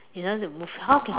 in order to move how can